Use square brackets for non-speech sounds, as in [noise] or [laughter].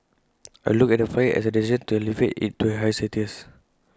[noise] I look at the flyer as A destination to elevate IT to A higher status